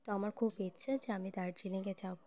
তো আমার খুব ইচ্ছে যে আমি দার্জিলিংয়ে যাবো